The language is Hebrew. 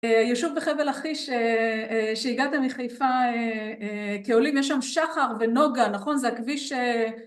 אה, יישוב בחבל לכיש, ש... שהגעת מחיפה אה אה כעולים, יש שם שחר ונוגה, נכון? זה הכביש ש...